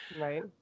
Right